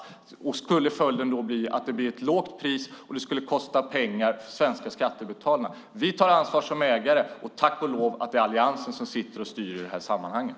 Följden skulle bli att det skulle bli ett lågt pris och att det skulle kosta pengar för de svenska skattebetalarna. Vi tar ansvar som ägare. Tack och lov att det är Alliansen som styr i de här sammanhangen.